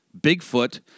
Bigfoot